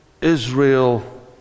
Israel